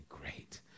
great